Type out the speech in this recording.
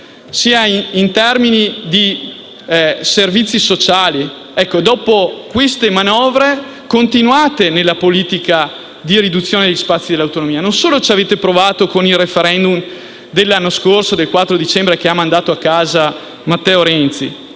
strade e i servizi sociali), dopo tutte queste manovre continuate dunque nella politica di riduzione degli spazi di autonomia. Non solo ci avete provato con il *referendum* dell'anno scorso, quello del 4 dicembre, che ha mandato a casa Matteo Renzi,